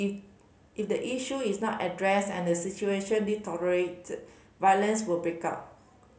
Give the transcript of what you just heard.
if the issue is not addressed and the situation deteriorates violence will break out